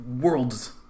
worlds